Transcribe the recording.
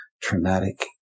traumatic